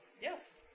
Yes